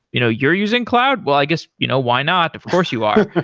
you know you're using cloud? well i guess, you know why not? of course you are.